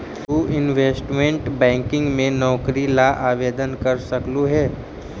तु investment banking में नौकरी ला आवेदन कर सकलू हे